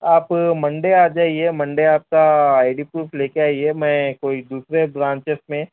آپ منڈے آ جائیے منڈے آپ کا آئی ڈی پروف لے کے آئیے میں کوئی دوسرے برانچیس میں